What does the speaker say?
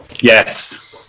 Yes